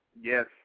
Yes